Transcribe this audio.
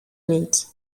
meet